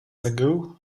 ago